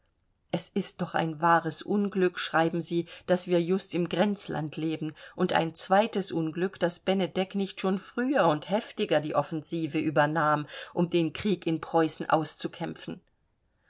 es ist doch ein wahres unglück schreiben sie daß wir just im grenzland leben und ein zweites unglück daß benedek nicht schon früher und heftiger die offensive übernahm um den krieg in preußen auszukämpfen